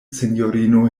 sinjorino